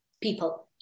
people